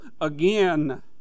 again